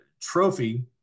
trophy